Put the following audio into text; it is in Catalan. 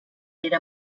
era